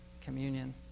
communion